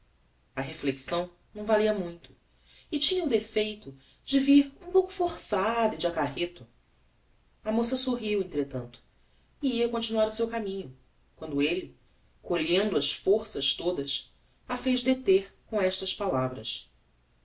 a reflexão não valia muito e tinha o defeito de vir um pouco forçada e de acarreto a moça sorriu entretanto e ia continuar o seu caminho quando elle colhendo as forças todas a fez deter com estas palavras